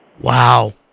Wow